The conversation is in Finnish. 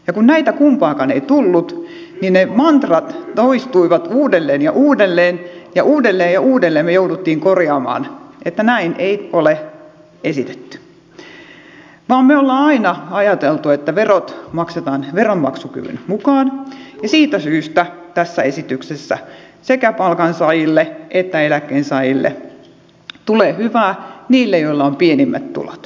kun näitä kumpaakaan ei tullut niin ne mantrat toistuivat uudelleen ja uudelleen ja uudelleen ja uudelleen me jouduimme korjaamaan että näin ei ole esitetty vaan me olemme aina ajatelleet että verot maksetaan veronmaksukyvyn mukaan ja siitä syystä tässä esityksessä sekä palkansaajille että eläkkeensaajille tulee hyvää niille joilla on pienimmät tulot